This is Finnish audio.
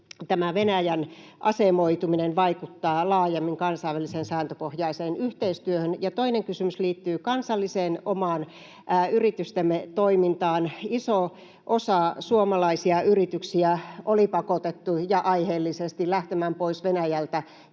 Venäjän asemoituminen vaikuttaa laajemmin kansainväliseen sääntöpohjaisen yhteistyöhön? Toinen kysymys liittyy kansalliseen, omaan yritystemme toimintaan. Iso osa suomalaisia yrityksiä oli pakotettu, aiheellisesti, lähtemään pois Venäjältä